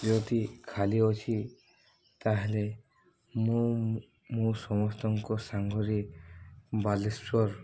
ଯଦି ଖାଲି ଅଛି ତା'ହେଲେ ମୁଁ ମୁଁ ସମସ୍ତଙ୍କ ସାଙ୍ଗରେ ବାଲେଶ୍ୱର